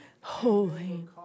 Holy